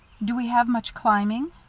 do we have much climbing?